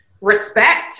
respect